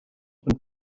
und